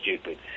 stupid